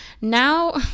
Now